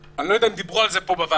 אני לא יודע אם כבר דיברו על זה פה בוועדה,